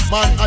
Man